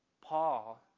Paul